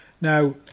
Now